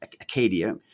Acadia